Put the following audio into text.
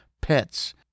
pets